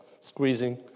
squeezing